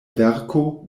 verko